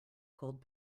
cold